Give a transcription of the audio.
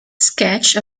sketch